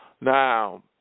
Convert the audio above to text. Now